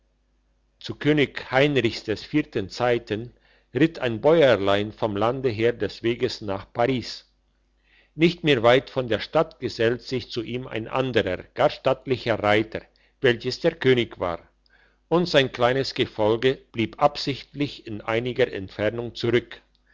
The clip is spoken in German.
zu könig heinrichs des vierten zeiten ritt ein bäuerlein vom lande her des weges nach paris nicht mehr weit von der stadt gesellt sich zu ihm ein anderer gar stattlicher reiter welches der könig war und sein kleines gefolge blieb absichtlich in einiger entfernung zurück